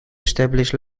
establish